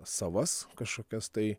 savas kažkokias tai